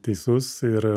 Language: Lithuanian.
teisus ir